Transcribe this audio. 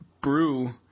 brew